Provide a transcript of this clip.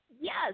Yes